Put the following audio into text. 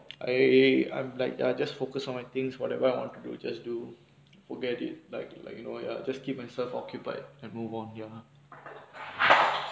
I I'm like ya just focus on my things whatever I want to do just do forget it like like you know just keep myself occupied and move on ya